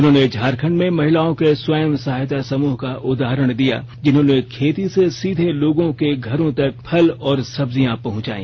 उन्होंने झारखंड में महिलाओं के स्वयं सहायता समूह का उदाहरण दिया जिन्होंने खेतों से सीधे लोगों के घरों तक फल और सब्जियां पहंचाई